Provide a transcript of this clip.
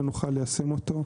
ונוכל ליישם אותו,